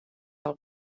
del